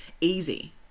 easy